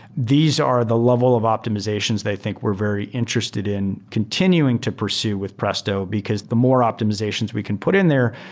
these are the level of optimizations they think were very interested in continuing to pursue with presto, because the more optimizations we can put in there,